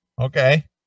Okay